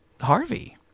Harvey